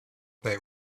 they